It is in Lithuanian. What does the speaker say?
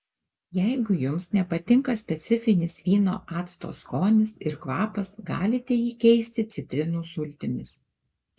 jeigu jums nepatinka specifinis vyno acto skonis ir kvapas galite jį keisti citrinų sultimis